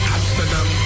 Amsterdam